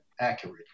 accurate